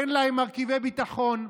אין להם מרכיבי ביטחון,